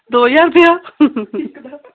दौ ज्हार रपेआ